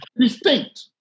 distinct